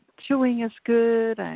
chewing is good,